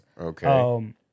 Okay